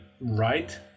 right